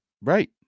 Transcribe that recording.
Right